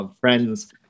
friends